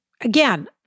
again